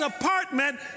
apartment